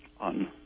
on